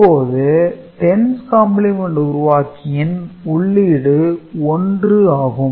இப்போது 10's complement உருவாக்கியின் உள்ளீடு 1 ஆகும்